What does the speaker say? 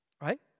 Right